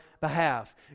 behalf